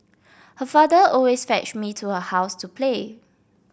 her father always fetched me to her house to play